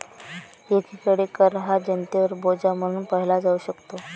एकीकडे कर हा जनतेवर बोजा म्हणून पाहिला जाऊ शकतो